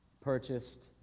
Purchased